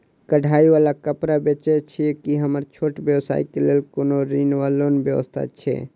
कढ़ाई वला कापड़ बेचै छीयै की हमरा छोट व्यवसाय केँ लेल कोनो ऋण वा लोन व्यवस्था छै?